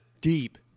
deep